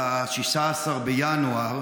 ב-16 בינואר,